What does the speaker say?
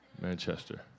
Manchester